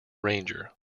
ranger